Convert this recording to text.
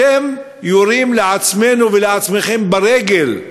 אתם יורים לנו ולעצמכם ברגל,